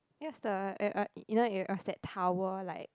just the you know you there's that tower like